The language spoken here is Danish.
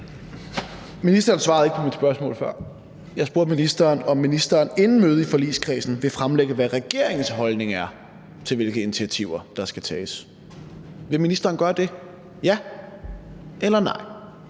Ministeren svarede ikke på mit spørgsmål før. Jeg spurgte ministeren, om ministeren inden mødet i forligskredsen vil fremlægge, hvad regeringens holdning er til, hvilke initiativer der skal tages. Vil ministeren gøre det – ja eller nej?